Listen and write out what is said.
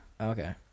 Okay